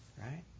Right